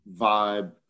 vibe